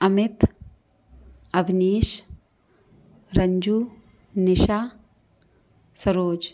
Amit Avnish Ranju Nisha Saroj